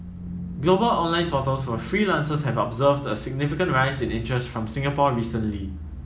global online portals for freelancers have observed a significant rise in interest from Singapore recently